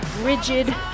rigid